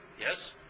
yes